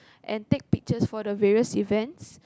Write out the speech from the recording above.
and take pictures for the various events